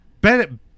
Ben